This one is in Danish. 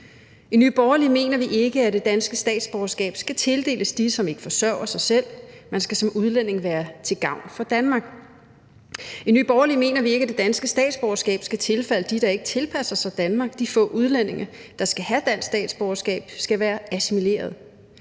I Nye Borgerlige mener vi ikke, at det danske statsborgerskab skal tildeles dem, som ikke forsørger sig selv. Man skal som udlænding være til gavn for Danmark. I Nye Borgerlige mener vi ikke, at det danske statsborgerskab skal tilfalde dem, der ikke tilpasser sig Danmark. De få udlændinge, der skal have dansk statsborgerskab, skal være assimilerede.